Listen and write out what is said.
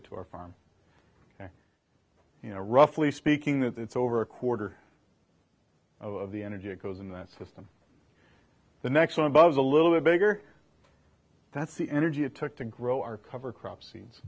it to our farm you know roughly speaking that it's over a quarter of the energy that goes in that system the next one above is a little bit bigger that's the energy it took to grow our cover crop scenes